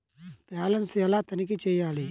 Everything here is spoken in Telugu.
బ్యాలెన్స్ ఎలా తనిఖీ చేయాలి?